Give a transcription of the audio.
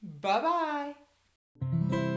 Bye-bye